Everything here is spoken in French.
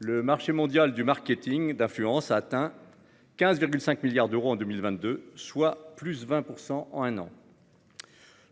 Le marché mondial du marketing d'influence a atteint 15,5 milliards d'euros en 2022, soit +20 % en un an.